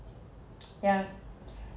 yeah